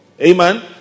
Amen